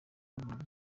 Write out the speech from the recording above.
buri